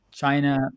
China